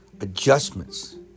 adjustments